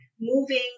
moving